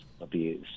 abuse